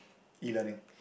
E Learing